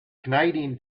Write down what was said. canadian